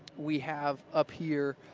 we have up here